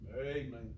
Amen